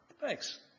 thanks